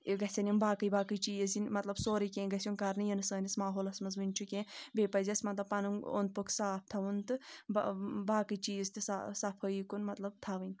گژھَن یِم باقٕے باقٕے چیٖز یِن مطلب سورُے کینٛہہ گژھِ یُن کرنہٕ یہِ نہٕ سٲنِس ماحُولَس منٛز وٕنہِ چھُ کینٛہہ بیٚیہِ پَزِ اَسہِ مطلب پَنُن اوٚنٛد پوٚک صاف تھاوُن تہٕ باقٕے چیٖز تہِ صفٲیی کُن مطلب تھاوٕنۍ